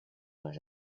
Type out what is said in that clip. les